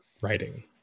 writing